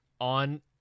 on